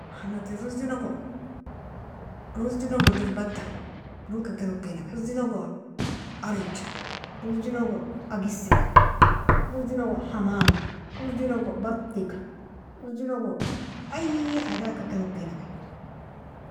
Halat alrozilogo, rozilogo derbata, rozka ken okianamin rozilogo arja, rozilogo agissga, rozilogo hamaga, rozilogo batiga, rozilogo ay khadarka ken okinami.